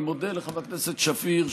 אני מודה לחברת הכנסת שפיר,